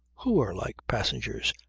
who are like passengers?